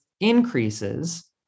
increases